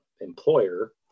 employer